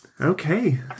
Okay